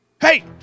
Hey